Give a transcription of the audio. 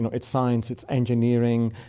and it's science, it's engineering.